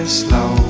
slow